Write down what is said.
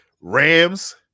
Rams